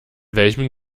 welchem